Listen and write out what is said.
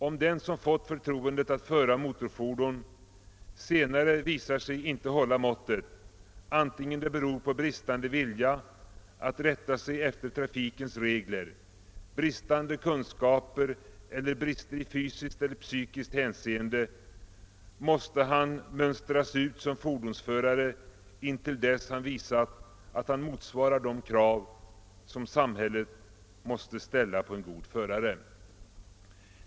Om den som fått förtroendet att föra motorfordon senare visar sig inte hålla måttet, vare sig det beror på bristande vilja att rätta sig efter trafikens regler, bristande kunskaper eller brister i fysiskt eller psykiskt hänseende, måste han mönstras ut som fordonsförare intill dess han visat att han motsvarar de krav som samhället måste ställa på en god förare.